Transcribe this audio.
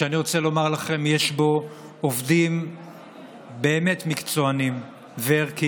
ואני רוצה לומר לכם שיש בו עובדים באמת מקצוענים וערכיים,